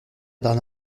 d’un